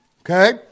Okay